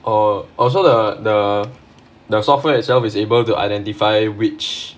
or or so so the the the software itself is able to identify which